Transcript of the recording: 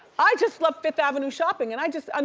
i just love fifth avenue shopping, and i just, and